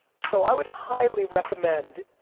so, i would highly recommend,